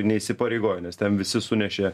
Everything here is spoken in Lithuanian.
neįsipareigoja nes ten visi sunešė